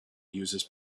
uses